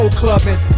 clubbing